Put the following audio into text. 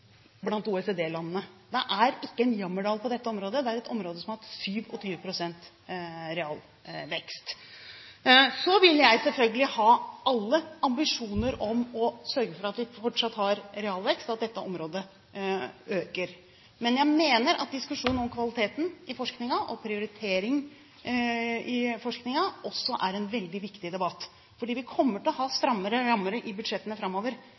blant OECD-landene. Det er ikke en jammerdal på dette området; det er et område som har hatt 27 pst. realvekst. Så vil jeg selvfølgelig ha alle ambisjoner om å sørge for at vi fortsatt har realvekst, og at dette området øker. Men jeg mener at diskusjonen om kvaliteten og prioriteringen i forskningen også er en veldig viktig debatt, for vi kommer antakelig til å ha strammere rammer i budsjettene framover